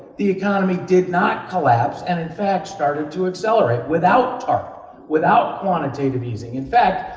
the economy did not collapse, and in fact started to accelerate without tarp, without quantitative easing. in fact,